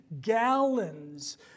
gallons